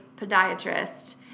podiatrist